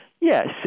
Yes